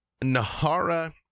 Nahara